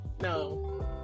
No